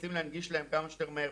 מנסים להנגיש להם כמה שיותר מהר,